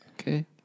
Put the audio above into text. Okay